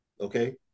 okay